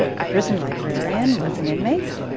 the prison librarian was an inmate?